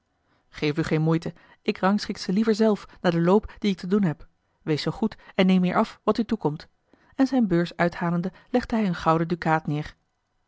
geef u geene moeite ik rangschik ze liever zelf naar den loop dien ik te doen heb wees zoo goed en neem hier af a l g bosboom-toussaint de delftsche wonderdokter eel wat u toekomt en zijne beurs uithalende legde hij een gouden dukaat neêr